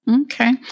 Okay